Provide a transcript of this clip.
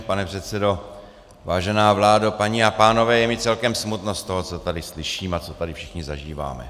Pane předsedo, vážená vládo, paní a pánové, je mi celkem smutno z toho, co tady slyším a co tady všichni zažíváme.